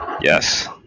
Yes